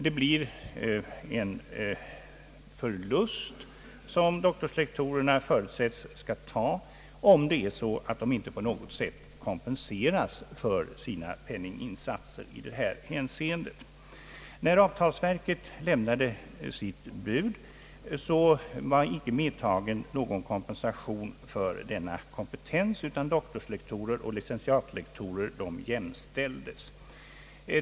Det blir en förlust som doktorslektorerna förutsättes skola ta, om det är så att de inte på något sätt kompenseras för sina penninginsatser i detta hänseende, När avtalsverket lämnade sitt bud var inte någon kompensation för denna kompetens medtagen, utan doktorslektorerna och licentiatlektorerna jämställdes.